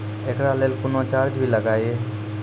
एकरा लेल कुनो चार्ज भी लागैये?